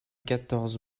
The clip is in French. quatorze